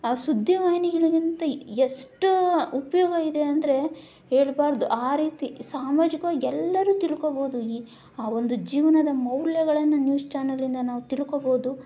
ಆ ಸುದ್ದಿ ವಾಹಿನಿಗಳಿಗಿಂತ ಎಷ್ಟೋ ಉಪಯೋಗ ಇದೆ ಅಂದರೆ ಹೇಳ್ಬಾರ್ದು ಆ ರೀತಿ ಸಾಮಾಜಿಕವಾಗಿ ಎಲ್ಲರೂ ತಿಳ್ಕೊಬೋದು ಈ ಆವೊಂದು ಜೀವನದ ಮೌಲ್ಯಗಳನ್ನು ನ್ಯೂಸ್ ಚ್ಯಾನೆಲಿಂದ ನಾವು ತಿಳ್ಕೊಬೋದು